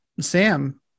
Sam